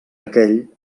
aquell